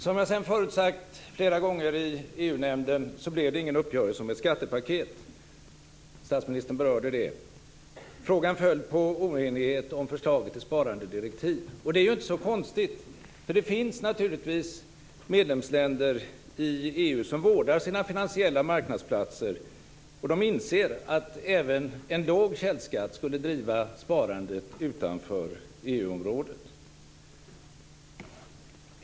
Som jag förutsagt flera gånger i EU-nämnden blev det ingen uppgörelse om ett skattepaket. Statsministern berörde det. Frågan föll på oenighet om förslaget till sparandedirektiv. Det är inte så konstigt, för det finns naturligtvis medlemsländer i EU som vårdar sina finansiella marknadsplatser. De inser att även en låg källskatt skulle driva sparandet utanför EU området.